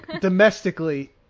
Domestically